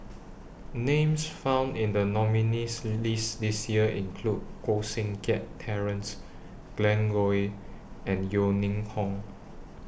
Names found in The nominees' list This Year include Koh Seng Kiat Terence Glen Goei and Yeo Ning Hong